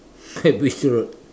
said be sure